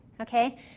okay